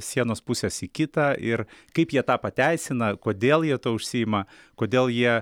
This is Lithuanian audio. sienos pusės į kitą ir kaip jie tą pateisina kodėl jie tuo užsiima kodėl jie